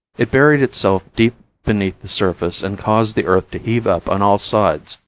it buried itself deep beneath the surface and caused the earth to heave up on all sides.